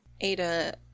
ada